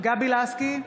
גבי לסקי,